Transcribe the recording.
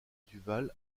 duval